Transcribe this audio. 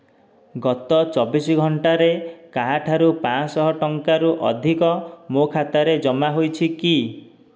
ଗତ ଚବିଶ ଘଣ୍ଟାରେ କାହାଠାରୁ ପାଞ୍ଚଶହ ଟଙ୍କାରୁ ଅଧିକ ମୋ ଖାତାରେ ଜମା ହୋଇଛି କି